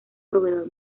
proveedor